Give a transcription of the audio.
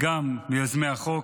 גם מיוזמי החוק.